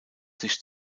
sich